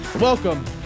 Welcome